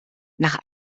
nach